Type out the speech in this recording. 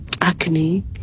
acne